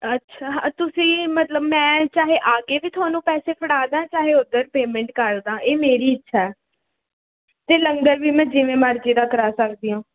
ਅੱਛਾ ਤੁਸੀਂ ਮਤਲਬ ਮੈਂ ਚਾਹੇ ਆ ਕੇ ਵੀ ਤੁਹਾਨੂੰ ਪੈਸੇ ਫੜਾ ਦਾਂ ਚਾਹੇ ਉੱਧਰ ਪੇਮੈਂਟ ਕਰ ਦਾਂ ਇਹ ਮੇਰੀ ਇੱਛਾ ਅਤੇ ਲੰਗਰ ਵੀ ਮੈਂ ਜਿਵੇਂ ਮਰਜ਼ੀ ਦਾ ਕਰਾ ਸਕਦੀ ਹਾਂ